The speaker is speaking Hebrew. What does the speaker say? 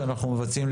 שאנחנו מבצעים,